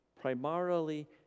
primarily